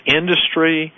industry